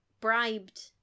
bribed